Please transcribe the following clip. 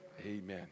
Amen